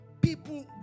People